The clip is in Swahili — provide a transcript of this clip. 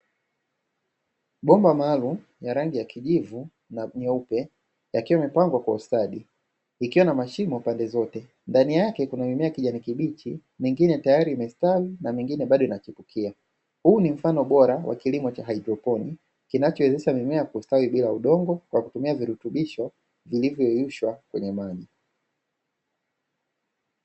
Bomba maalumu ya rangi ya kijivu na nyeupe yakiwa yamepangwa kwa ustadi. Ikiwa na mashimo pande zote. Ndani yake kuna mimea ya kijani kibichi, mingine tayari imestawi na mingine bado inachipukia. Huu ni mfano bora wa kilimo cha hydroponi kinachowezesha mimea kustawi bila udongo kwa kutumia virutubisho vilivyoyeyushwa kwenye maji.